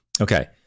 Okay